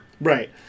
Right